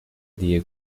دیه